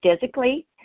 physically